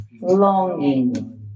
longing